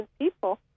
people